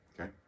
okay